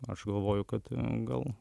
aš galvoju kad gal